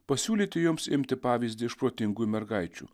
pasiūlyti jums imti pavyzdį iš protingųjų mergaičių